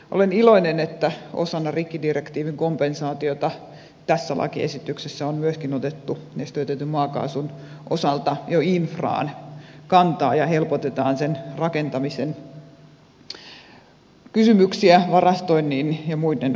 olen iloinen että osana rikkidirektiivin kompensaatiota tässä lakiesityksessä on myöskin otettu nesteytetyn maakaasun osalta jo infraan kantaa ja helpotetaan sen rakentamisen kysymyksiä varastoinnin ja muiden osalta